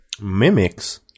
Mimics